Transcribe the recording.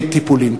טיפולים.